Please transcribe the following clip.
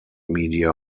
media